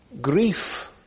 grief